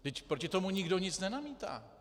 Vždyť proti tomu nikdo nic nenamítá!